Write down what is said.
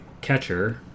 catcher